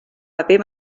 paper